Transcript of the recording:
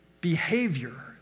behavior